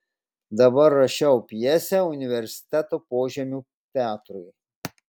dabar rašiau pjesę universiteto požemių teatrui